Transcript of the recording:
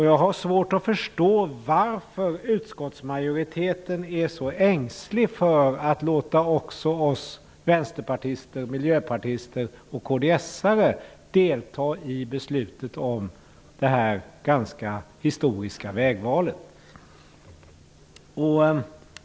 Jag har svårt att förstå varför utskottsmajoriteten är så ängslig för att låta oss vänsterpartister och också miljöpartisterna och kds:arna delta i beslutet om det här ganska så historiska vägvalet.